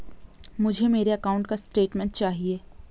मुझे मेरे अकाउंट का स्टेटमेंट चाहिए?